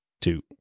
two